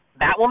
Batwoman